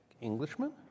Englishman